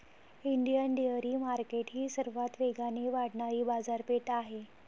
Indian dairy market ही सर्वात वेगाने वाढणारी बाजारपेठ आहे